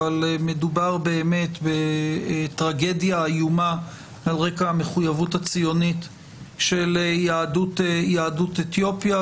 אבל מדובר בטרגדיה איומה על רקע המחויבות הציונית של יהדות אתיופיה.